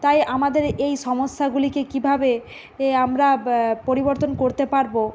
তাই আমাদের এই সমস্যাগুলিকে কীভাবে এ আমরা ব্য পরিবর্তন করতে পারবো